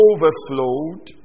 Overflowed